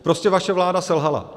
Prostě vaše vláda selhala.